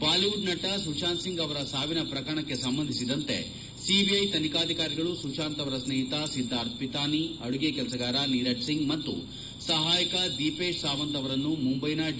Bollywood ನಟ ಸುಶಾಂತ್ ಸಿಂಗ್ ಅವರ ಸಾವಿನ ಪ್ರಕರಣಕ್ಕೆ ಸಂಬಂಧಿಸಿದಂತೆ ಸಿಬಿಐ ತನಿಖಾಧಿಕಾರಿಗಳು ಸುಶಾಂತ್ ಅವರ ಸ್ನೇಹಿತ ಸಿದ್ದಾರ್ಥಫಿಥಾನಿ ಅಡುಗೆ ಕೆಲಸಗಾರ ನೀರಜ್ಸಿಂಗ್ ಮತ್ತು ಸಹಾಯಕ ದೀಪೇತ್ಸಾವಂತ್ ಅವರನ್ನು ಮುಂಬೈನ ಡಿ